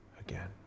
again